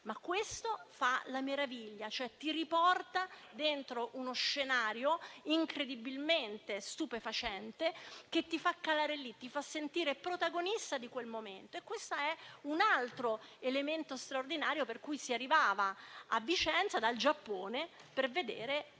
Ma questo fa la meraviglia, cioè ti riporta dentro uno scenario incredibilmente stupefacente che ti fa calare lì, ti fa sentire protagonista di quel momento. Questo è un altro elemento straordinario per cui si arrivava a Vicenza dal Giappone per vedere questo